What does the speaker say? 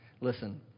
Listen